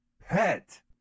pet